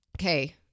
Okay